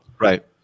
Right